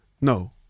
no